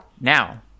now